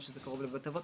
או שזה קרוב לבית אבות,